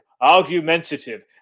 argumentative